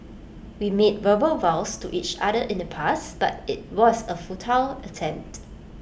we made verbal vows to each other in the past but IT was A futile attempt